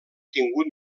tingut